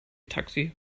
taxi